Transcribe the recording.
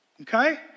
okay